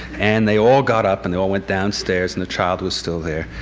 and they all got up and they all went downstairs and the child was still there.